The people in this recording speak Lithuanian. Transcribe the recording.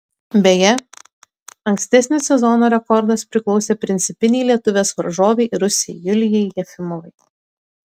beje ankstesnis sezono rekordas priklausė principinei lietuvės varžovei rusei julijai jefimovai